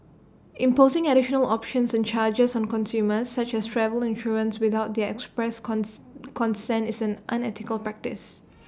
imposing additional options and charges on consumers such as travel insurance without their express consent is an unethical practice